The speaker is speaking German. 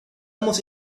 muss